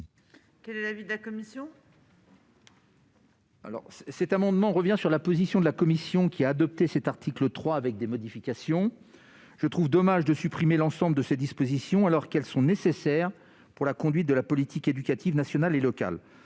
Quel est l'avis de la commission ? Cet amendement tend à revenir sur la position de la commission, qui a adopté cet article 3 avec des modifications. Je trouve dommage de supprimer l'ensemble de ces dispositions, alors qu'elles sont nécessaires pour la conduite de la politique éducative nationale et locale.